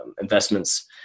investments